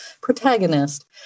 protagonist